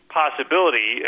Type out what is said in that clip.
possibility